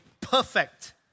perfect